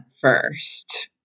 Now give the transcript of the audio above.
first